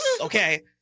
okay